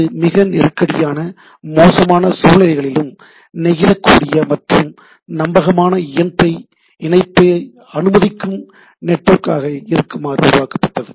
இது மிகத் நெருக்கடியானமோசமான சூழ்நிலைகளிலும் நெகிழக்கூடிய மற்றும் நம்பகமான இணைப்பை அனுமதிக்கும் நெட்வொர்க் ஆக இருக்குமாறு உருவாக்கப்பட்டது